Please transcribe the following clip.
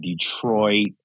Detroit